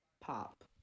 pop